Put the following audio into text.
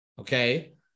Okay